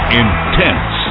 intense